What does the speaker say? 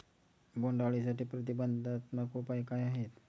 बोंडअळीसाठी प्रतिबंधात्मक उपाय काय आहेत?